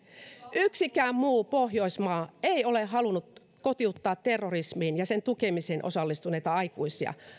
yksikään muu pohjoismaa ei ole halunnut kotiuttaa terrorismiin ja sen tukemiseen osallistuneita aikuisia